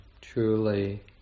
truly